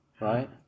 right